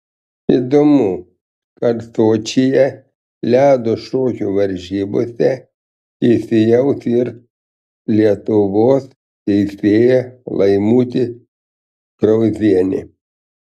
įdomu kad sočyje ledo šokių varžybose teisėjaus ir lietuvos teisėja laimutė krauzienė